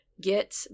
get